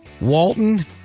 Walton